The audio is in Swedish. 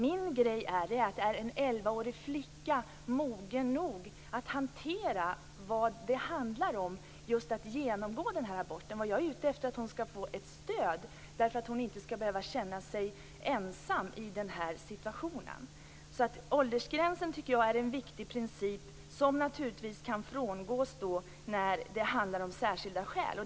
Min fråga gäller om en elvaårig flicka är mogen nog att hantera allt som följer med att genomgå en abort. Vad jag är ute efter är att hon skall få ett stöd så att hon inte skall behöva känna sig ensam i den här situationen. Jag tycker att åldersgränsen är en viktig princip, som naturligtvis kan frångås när det finns särskilda skäl.